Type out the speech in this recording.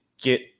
get